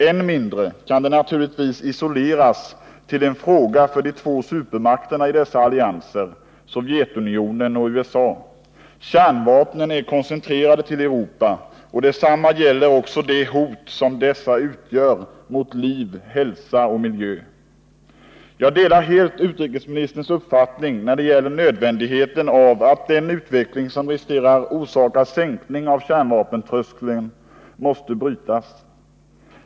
Än mindre kan den naturligtvis isoleras till en fråga för de två supermakterna i dessa allianser, Sovjetunionen och USA. Kärnvapnen är koncentrerade till Europa. Detsamma gäller det hot som dessa utgör mot liv, hälsa och miljö. Jag delar helt utrikesministerns uppfattning när det gäller nödvändigheten av att den utveckling som riskerar orsaka sänkning av kärnvapentröskeln måste brytas.